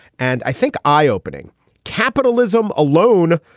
and i think eye opening capitalism alone,